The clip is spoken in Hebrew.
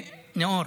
נאור,